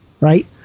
right